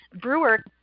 brewer